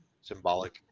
Symbolic